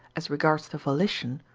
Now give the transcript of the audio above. as regards the volition,